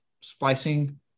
splicing